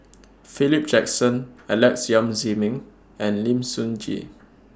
Philip Jackson Alex Yam Ziming and Lim Sun Gee